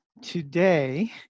today